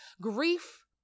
Grief